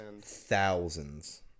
thousands